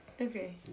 Okay